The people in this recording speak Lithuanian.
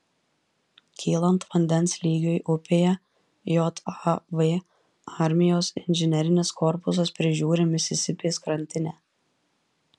kylant vandens lygiui upėje jav armijos inžinerinis korpusas prižiūri misisipės krantinę